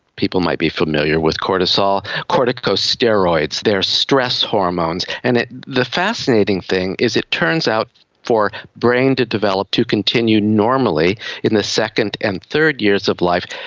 people might be familiar with cortisol, corticosteroids, they are stress hormones. and the fascinating thing is it turns out for brain to develop, to continue normally in the second and third years of life,